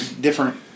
different